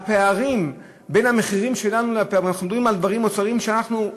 הפערים בין המחירים אצלנו למחירים שם,